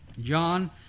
john